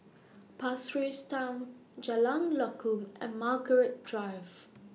Pasir Ris Town Jalan Lakum and Margaret Drive